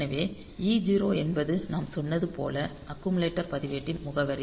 எனவே e0 என்பது நாம் சொன்னது போல அக்குமுலேட்டர் பதிவேட்டின் முகவரி